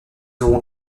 auront